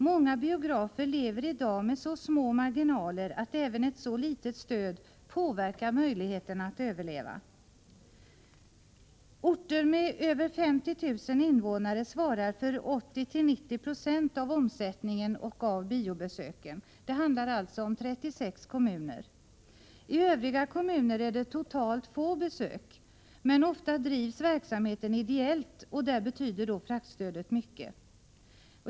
Många biografer lever i dag med så små marginaler att även ett så litet stöd påverkar möjligheterna att överleva. Orter med över 50 000 invånare svarar för 80-90 20 av omsättningen och av biobesöken. Det handlar alltså om 36 kommuner. I övriga kommuner är det totalt få besök, men ofta drivs verksamheten ideellt, och där betyder då fraktstödet mycket.